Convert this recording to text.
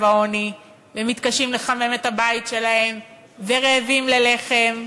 העוני ומתקשים לחמם את הבית שלהם ורעבים ללחם.